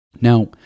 Now